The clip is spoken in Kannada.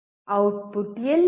ಔಟ್ಪುಟ್ ಎಲ್ಲಿದೆ